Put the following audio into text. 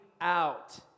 out